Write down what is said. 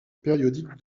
périodique